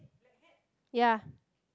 yeah